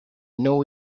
know